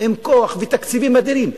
עם כוח ותקציבים אדירים,